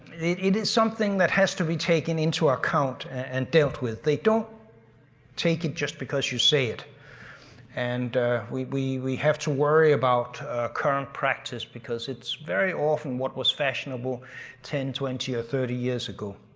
it it is something that has to be taken into account and dealt with. they don't take it just because you say it and we we have to worry about current practice because it's very often what was fashionable ten, twenty, or thirty years ago.